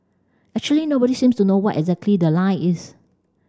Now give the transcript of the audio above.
actually nobody seems to know what exactly the line is